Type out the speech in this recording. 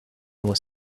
was